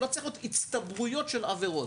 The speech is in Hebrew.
לא צריכה להיות הצטברות של עבירות.